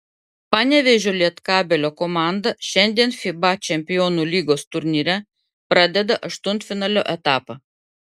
panevėžio lietkabelio komanda šiandien fiba čempionų lygos turnyre pradeda aštuntfinalio etapą